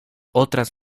otras